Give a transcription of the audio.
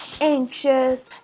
anxious